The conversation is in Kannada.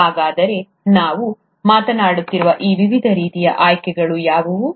ಹಾಗಾದರೆ ನಾವು ಮಾತನಾಡುತ್ತಿರುವ ಈ ವಿವಿಧ ರೀತಿಯ ಆಯ್ಕೆಗಳು ಯಾವುವು